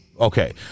Okay